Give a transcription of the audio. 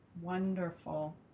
Wonderful